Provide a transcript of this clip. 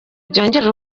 byongera